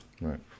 Right